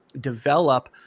develop